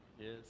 Yes